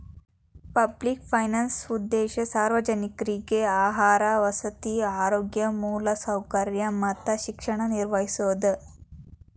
public finance ಉದ್ದೇಶ ಸಾರ್ವಜನಿಕ್ರಿಗೆ ಆಹಾರ ವಸತಿ ಆರೋಗ್ಯ ಮೂಲಸೌಕರ್ಯ ಮತ್ತ ಶಿಕ್ಷಣ ನಿರ್ವಹಿಸೋದ